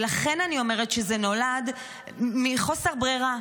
ולכן אני אומרת שזה נולד מחוסר ברירה.